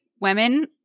women